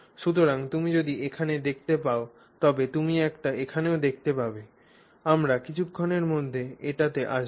সুতরাং তুমি যদি এখানে দেখতে পাও তবে তুমি এটি এখানেও দেখতে পাবে আমরা কিছুক্ষনের মধ্যে এটিতে আসব